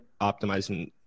optimizing